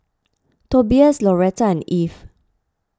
Tobias Lauretta and Eve